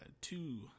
two